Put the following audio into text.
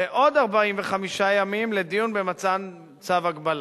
ועוד 45 ימים לדיון במתן צו הגבלה,